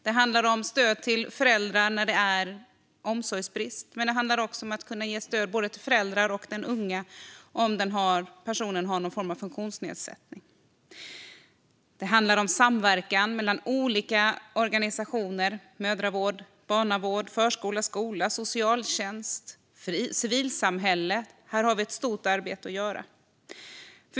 Det handlar om stöd till föräldrar när omsorgen brister men också om stöd till barn med funktionsnedsättning och deras föräldrar. Det handlar om samverkan mellan olika organisationer - mödravård, barnavård, förskola, skola, socialtjänst och civilsamhälle. Här har vi ett stort arbete att göra.